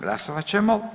Glasovat ćemo.